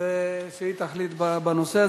שהצעת החוק עוברת